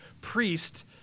priest